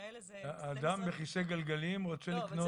אדם בכיסא גלגלים רוצה